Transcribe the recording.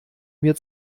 mir